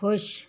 खुश